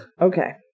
Okay